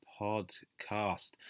podcast